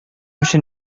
өчен